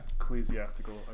Ecclesiastical